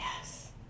Yes